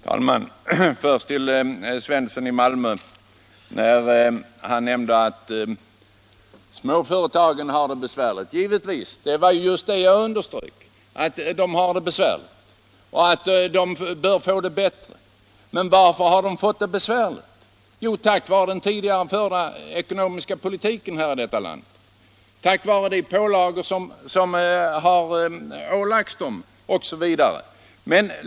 Herr talman! Först till herr Svensson i Malmö, som nämnde att småföretagen har det rätt besvärligt! Givetvis har de det besvärligt; det var ju just det jag underströk, och jag sade att de bör få det bättre. Men varför har de det så besvärligt! Jo på grund av den tidigare förda ekonomiska politiken i detta land och de bördor som har pålagts dem.